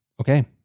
Okay